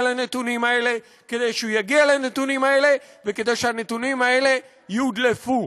לנתונים האלה כדי שהוא יגיע לנתונים האלה וכדי שהנתונים האלה יודלפו.